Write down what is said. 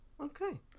okay